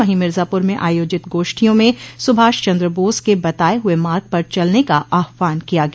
वहीं मिर्जापुर में आयोजित गोष्ठियों में सुभाष चन्द्र बोस के बताये हुए मार्ग पर चलने का आह्वान किया गया